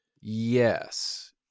Yes